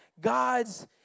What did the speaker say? God's